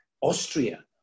Austria